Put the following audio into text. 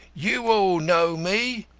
you all know me.